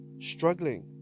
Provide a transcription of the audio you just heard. struggling